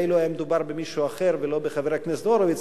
היה מדובר במישהו אחר ולא בחבר הכנסת הורוביץ,